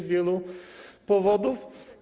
z wielu powodów.